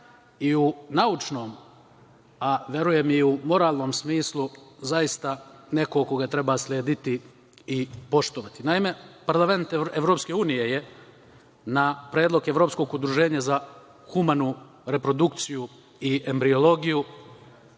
u naučnom a verujem i moralnom smislu zaista neko koga treba slediti i poštovati. Naime, parlament EU je na predlog Evropskog udruženja za humanu reprodukciju i embrijologiju